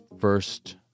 first